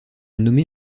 nommé